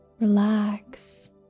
relax